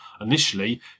initially